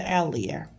earlier